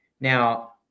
Now